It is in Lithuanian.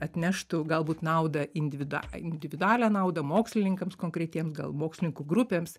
atneštų galbūt naudą individua individualią naudą mokslininkams konkretiems gal mokslininkų grupėms